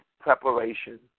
preparation